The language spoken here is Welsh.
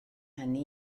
hynny